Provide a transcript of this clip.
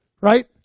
right